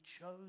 chose